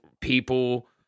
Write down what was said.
people